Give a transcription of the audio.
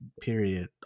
Period